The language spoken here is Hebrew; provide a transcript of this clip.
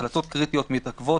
החלטות קריטיות מתעכבות,